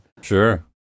Sure